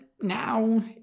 now